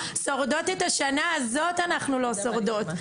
לא שורדות את השנה הזאת אנחנו לא שורדות,